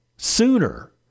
sooner